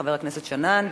חבר הכנסת שנאן,